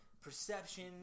perception